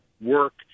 work